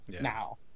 now